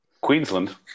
Queensland